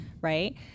right